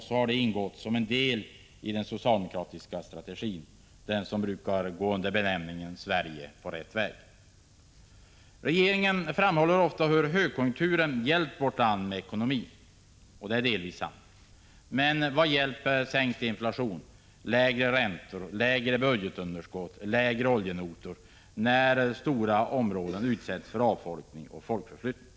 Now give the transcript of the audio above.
Det har ingått som en del i den socialdemokratiska strategin — den som brukar gå under benämningen ”Sverige på rätt väg”. Regeringen framhåller ofta hur högkonjunkturen hjälpt vårt land med ekonomin — och det är delvis sant — men vad hjälper sänkt inflation, lägre räntor, lägre budgetunderskott och lägre oljenotor när stora områden utsätts för avfolkning och folkförflyttning.